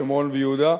שומרון ויהודה,